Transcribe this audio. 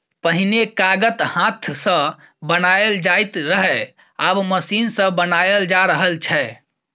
पहिने कागत हाथ सँ बनाएल जाइत रहय आब मशीन सँ बनाएल जा रहल छै